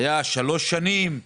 היה פטור שלוש שנים,